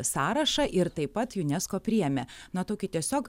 sąrašą ir taip pat junesko priėmė na tokį tiesiog